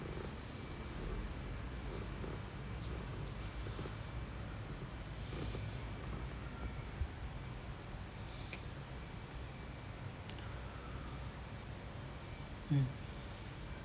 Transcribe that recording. mm